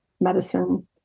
medicine